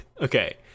okay